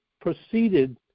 proceeded